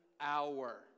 hour